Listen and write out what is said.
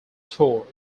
tour